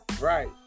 right